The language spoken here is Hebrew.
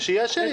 ושיאשר.